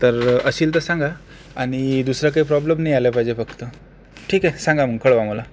तर असेल तर सांगा आणि दुसरा काही प्रॉब्लेम नाही आला पाहिजे फक्त ठीक आहे सांगा मग कळवा मला